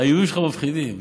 האיומים שלך מפחידים.